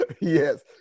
Yes